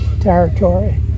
territory